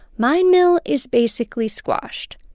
mine mill is basically squashed.